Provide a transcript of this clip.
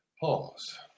Pause